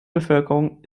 bevölkerung